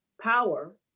power